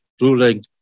ruling